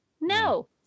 No